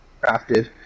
crafted